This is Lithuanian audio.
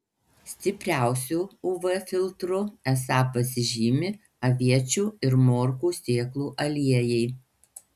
stipriausiu uv filtru esą pasižymi aviečių ir morkų sėklų aliejai